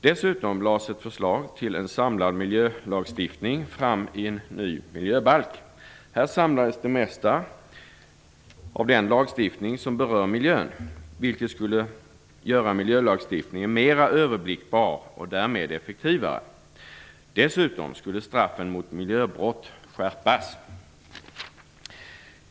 Dessutom lades ett förslag till en samlad miljölagstiftning fram i en ny miljöbalk. Här samlades det mesta av den lagstiftning som berör miljön, vilket skulle göra miljölagstiftningen mer överblickbar och därmed effektivare. Dessutom skulle straffen mot miljöbrott skärpas.